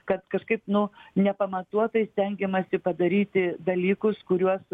kad kažkaip nu nepamatuotai stengiamasi padaryti dalykus kuriuos